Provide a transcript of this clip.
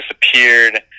disappeared